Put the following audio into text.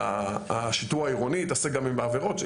השיטור העירוני התעסק גם עם העבירות,